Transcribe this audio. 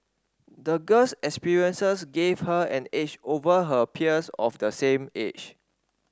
the girl's experiences gave her an edge over her peers of the same age